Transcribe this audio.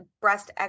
breast